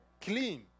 clean